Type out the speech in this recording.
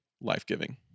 life-giving